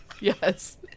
Yes